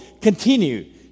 continue